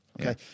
Okay